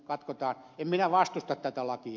en minä vastusta tätä lakia